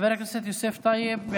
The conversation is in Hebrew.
חבר הכנסת יוסף טייב,